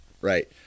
Right